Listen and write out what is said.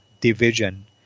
division